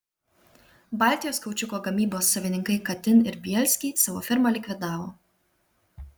baltijos kaučiuko gamybos savininkai katin ir bielsky savo firmą likvidavo